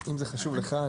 אם זה חשוב לך.